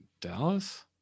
Dallas